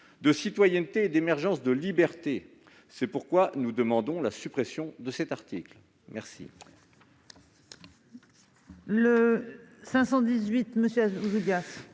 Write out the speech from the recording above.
de citoyenneté et d'émergence de liberté. C'est pourquoi nous demandons la suppression de cet article. La